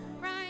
Right